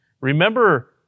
Remember